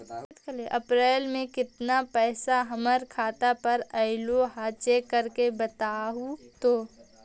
अप्रैल में केतना पैसा हमर खाता पर अएलो है चेक कर के बताहू तो?